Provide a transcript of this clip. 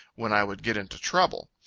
when i would get into trouble.